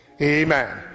Amen